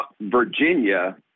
Virginia